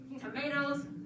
tomatoes